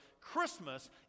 Christmas